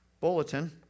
bulletin